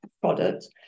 product